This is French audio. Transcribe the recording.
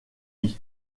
dit